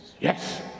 yes